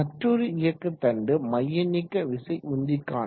மற்றோரு இயக்க தண்டு மையநீக்க விசை உந்திக்கானது